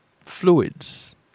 fluids